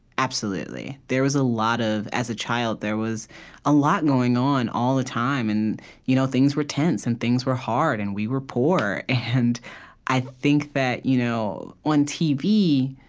absolutely. there was a lot of as a child, there was a lot going on all the time. and you know things were tense, and things were hard, and we were poor. and i think that you know on tv,